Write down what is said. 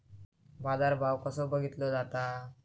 बाजार भाव कसो बघीतलो जाता?